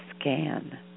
scan